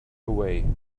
away